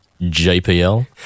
jpl